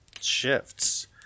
shifts